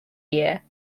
year